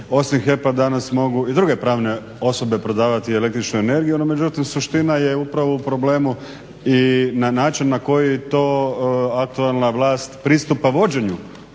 osim HEP-a danas mogu i druge pravne osobe prodavati električnu energiju. No, međutim suština je upravo u problemu i na način na koji to aktualna vlast pristupa vođenju